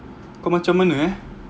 kau macam mana eh